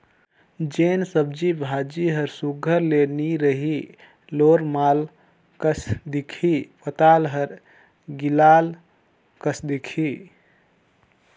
जेन सब्जी भाजी हर सुग्घर ले नी रही लोरमाल कस दिखही पताल हर गिलाल कस दिखही